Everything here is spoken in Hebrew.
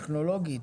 טכנולוגית,